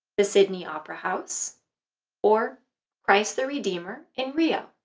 the sydney opera house or christ the redeemer in rio.